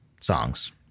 songs